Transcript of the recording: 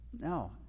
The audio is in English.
No